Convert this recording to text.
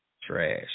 Trash